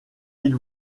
ils